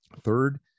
Third